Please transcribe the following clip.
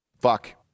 Fuck